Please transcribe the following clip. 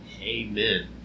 Amen